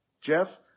Jeff